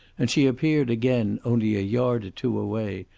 and she appeared again only a yard or two away,